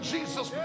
Jesus